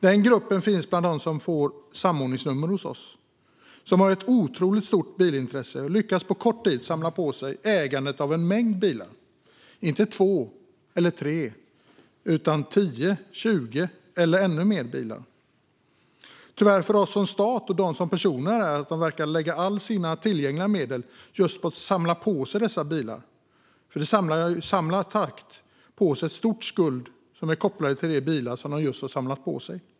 Den gruppen finns bland dem som får samordningsnummer hos oss och som har ett otroligt stort bilintresse och på kort tid lyckas bli ägare till en mängd bilar. Det handlar inte om 2 eller 3 bilar utan om 10, 20 eller ännu fler bilar. Tyvärr, för oss som stat och för dem som personer, verkar de lägga alla sina tillgängliga medel just på att samla på sig dessa bilar. De samlar i samma takt på sig en stor skuld som är kopplad till de bilar som de just har samlat på sig.